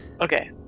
Okay